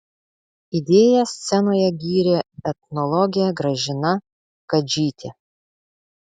idėją scenoje gyrė etnologė gražina kadžytė